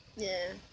ya